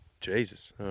Jesus